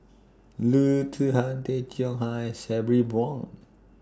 Loo Zihan Tay Chong Hai Sabri Buang